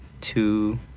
two